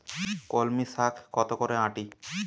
কলমি শাখ কত করে আঁটি?